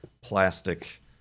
plastic